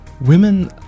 Women